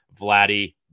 Vladdy